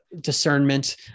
discernment